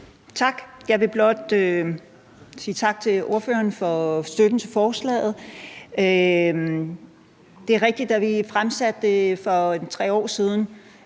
Tak. Jeg vil blot sige tak til ordføreren for støtten til forslaget. Det er rigtigt, at det, da vi fremsatte det for ca. 3 år siden,